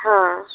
हां